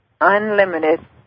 unlimited